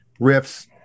riffs